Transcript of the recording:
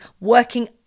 working